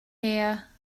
here